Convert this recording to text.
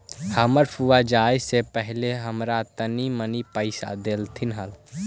हमर फुआ जाए से पहिले हमरा तनी मनी पइसा डेलथीन हल